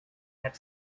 had